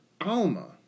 Alma